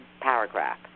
paragraph